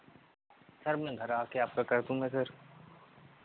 sir मैं घर आ कर आपका कर दूंगा सर